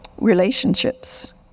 Relationships